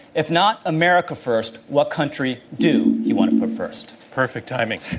if not america first, what country do you want put first? perfect timing.